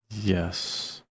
Yes